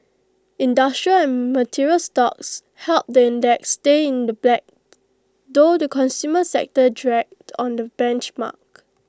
industrial and material stocks helped the index stay in the black though the consumer sector dragged on the benchmark